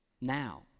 now